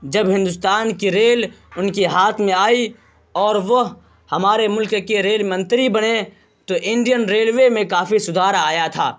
جب ہندوستان کی ریل ان کے ہاتھ میں آئی اور وہ ہمارے ملک کے ریل منتری بنے تو انڈین ریلوے میں کافی سدھار آیا تھا